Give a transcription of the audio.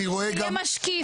אני רואה --- שיהיה משקיף,